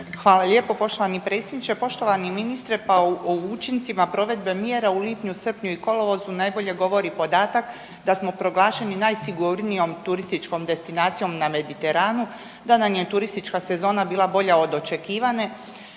Hvala lijepo poštovani predsjedniče. Poštovani ministre. Pa o učincima provedbe mjera u lipnju, srpnju i kolovozu najbolje govori podatak da smo proglašeni najsigurnijom turističkom destinacijom na Mediteranu da nam je turistička sezona bila bolja od očekivane,